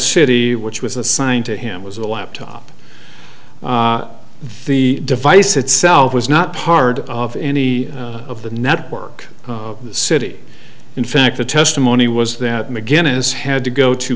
city which was assigned to him was a laptop the device itself was not part of any of the network in the city in fact the testimony was that mcginnis had to go to